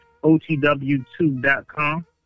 otw2.com